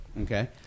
Okay